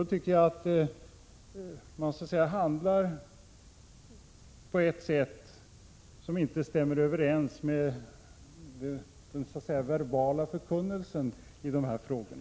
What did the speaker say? Då tycker jag att man handlar på ett sätt som inte stämmer överens med den verbala förkunnelsen i dessa frågor.